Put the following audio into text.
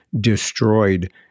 destroyed